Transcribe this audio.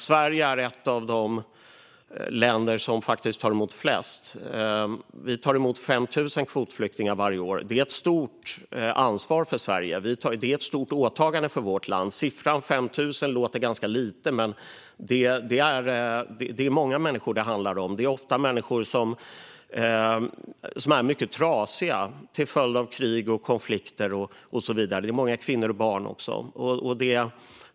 Sverige är ett av de länder som tar emot flest kvotflyktingar, 5 000 varje år. Det är ett stort åtagande för vårt land. Siffran 5 000 låter ganska lite, men det är många människor det handlar om. Det är ofta människor som är mycket trasiga till följd av krig, konflikter och så vidare. Det är också många kvinnor och barn.